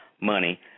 money